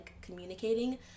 communicating